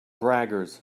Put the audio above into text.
braggers